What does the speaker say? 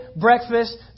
breakfast